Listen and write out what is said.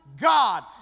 God